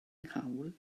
nghawl